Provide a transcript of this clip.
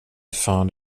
found